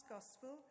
Gospel